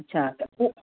अच्छा त पोइ